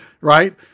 right